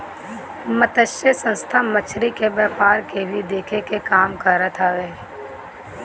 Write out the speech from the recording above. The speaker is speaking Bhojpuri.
मतस्य संस्था मछरी के व्यापार के भी देखे के काम करत हवे